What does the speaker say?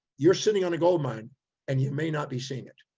you're sitting on a gold mine and you may not be seeing it.